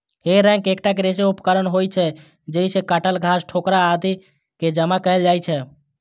हे रैक एकटा कृषि उपकरण होइ छै, जइसे काटल घास, ठोकरा आदि कें जमा कैल जाइ छै